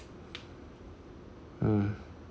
hmm